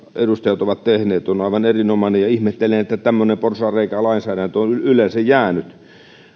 edustajat ovat tehneet on aivan erinomainen ja ihmettelen että tämmöinen porsaanreikä lainsäädäntöön on yleensä jäänyt